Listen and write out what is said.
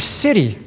city